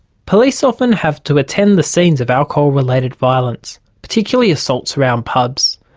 police often have to attend the scenes of alcohol-related violence, particularly assaults around pubs.